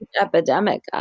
epidemic